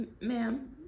ma'am